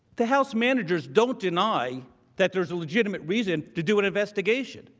the house managers don't deny that there's a legitimate reason to do an investigation.